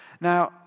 Now